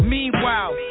Meanwhile